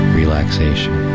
relaxation